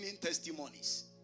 testimonies